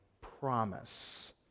promise